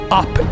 up